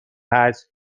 هست